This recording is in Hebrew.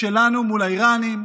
שלנו מול האיראנים,